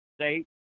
state